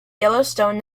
yellowstone